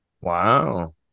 Wow